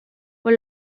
por